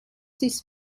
ist